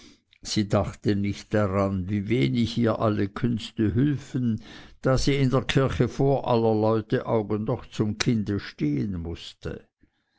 sie dachte nicht daran wie wenig ihr alle künste hülfen da sie in der kirche vor aller leute augen doch zum kinde stehen mußte